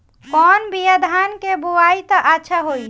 कौन बिया धान के बोआई त अच्छा होई?